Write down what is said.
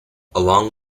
along